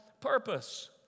purpose